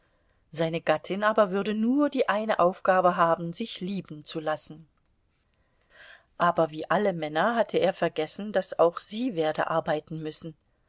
seine gattin aber würde nur die eine aufgabe haben sich lieben zu lassen aber wie alle männer hatte er vergessen daß auch sie werde arbeiten müssen